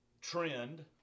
trend